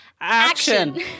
action